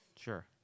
Sure